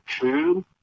two